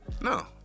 No